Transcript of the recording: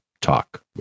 Talk